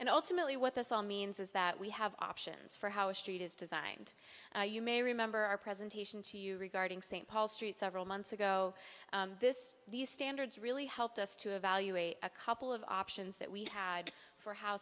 and ultimately what this all means is that we have options for how st is designed you may remember our presentation to you regarding st paul street several months ago this these standards really helped us to evaluate a couple of options that we had for how